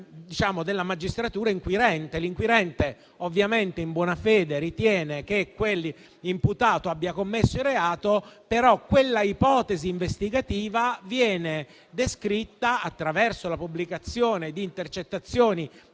ovviamente in buona fede, ritiene che quell'imputato abbia commesso il reato, però quell'ipotesi investigativa viene descritta, attraverso la pubblicazione di intercettazioni che